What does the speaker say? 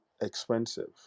expensive